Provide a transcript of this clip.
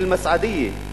אל-מסאעדיה,